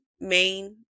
main